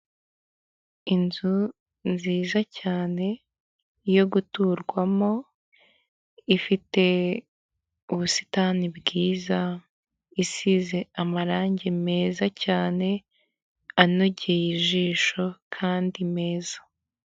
Inzu nziza cyane iyo guturwamo ifite ubusitani bwiza isize amarangi meza cyane anogeye ijisho kandi meza.